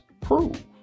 prove